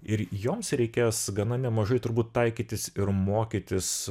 ir joms reikės gana nemažai turbūt taikytis ir mokytis